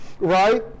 right